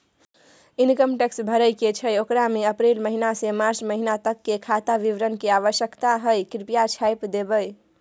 Income tax भरय के छै ओकरा में अप्रैल महिना से मार्च महिना तक के खाता विवरण के आवश्यकता हय कृप्या छाय्प देबै?